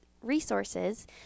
resources